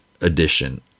edition